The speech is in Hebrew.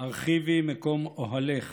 "הרחיבי מקום אהלך